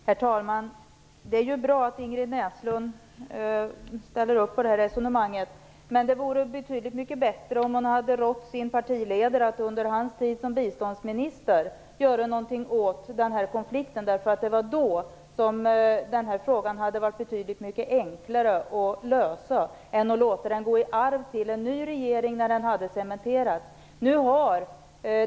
Herr talman! Det är bra att Ingrid Näslund ställer upp på resonemanget, men det vore betydligt mycket bättre om hon hade rått sin partiledare att göra någonting åt konflikten under hans tid som biståndsminister. Då hade frågan varit betydligt mycket enklare att lösa. Nu lät man den gå i arv till en ny regering när den hade cementerats.